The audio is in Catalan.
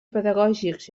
pedagògics